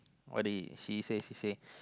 what did she say she say